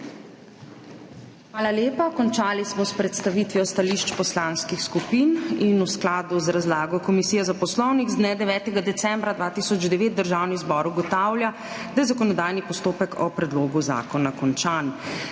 Hvala lepa. Končali smo s predstavitvijo stališč poslanskih skupin. V skladu z razlago Komisije za poslovnik z dne 9. decembra 2009 Državni zbor ugotavlja, da je zakonodajni postopek o predlogu zakona končan.